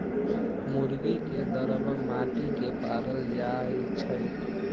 मुर्गी के दरबा माटि के पारल जाइ छइ